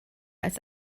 als